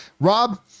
Rob